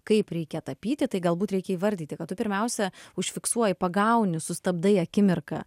kaip reikia tapyti tai galbūt reikia įvardyti kad tu pirmiausia užfiksuoji pagauni sustabdai akimirką